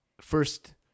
first